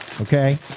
Okay